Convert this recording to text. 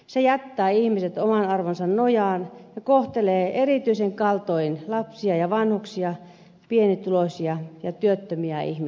se jättää ihmiset oman arvonsa nojaan ja kohtelee erityisen kaltoin lapsia ja vanhuksia pienituloisia ja työttömiä ihmisiä